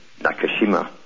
Nakashima